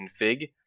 config